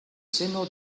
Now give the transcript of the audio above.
seno